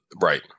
right